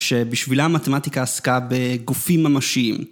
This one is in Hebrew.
‫שבשבילה המתמטיקה עסקה ‫בגופים ממשיים.